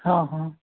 हँ हँ